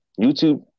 YouTube